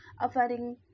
Offering